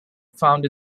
found